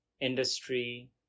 industry